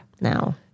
now